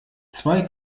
zwei